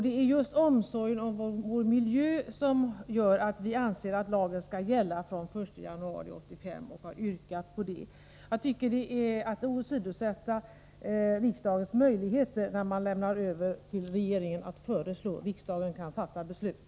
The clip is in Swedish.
Det är just med tanke på omsorgen om vår miljö som vi har yrkat på att lagen skall gälla från den 1 januari 1985. Jag tycker att det är att åsidosätta riksdagens möjligheter, när man lämnar över detta till regeringen. Riksdagen kan fatta beslut.